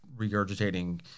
regurgitating